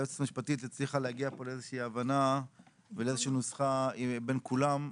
היועצת המשפטית הצליחה להגיע פה לאיזושהי הבנה ואיזושהי נוסחה בין כולם.